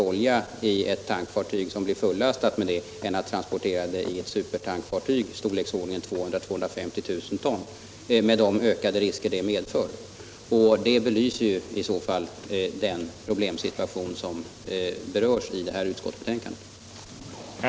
olja i ett tankfartyg som blir fullastat med den kvantiteten än att transportera samma mängd i supertankfartyg i storleksordningen 200 000 å 250 000 ton med de ökade risker det medför. Det belyser i så fall det problem som berörs i detta betänkande.